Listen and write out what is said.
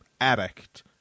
addict